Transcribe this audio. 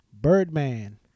Birdman